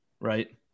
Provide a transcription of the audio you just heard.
right